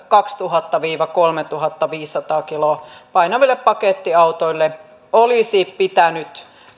kaksituhatta viiva kolmetuhattaviisisataa kiloa painaville pakettiautoille olisi pitänyt